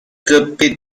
guppy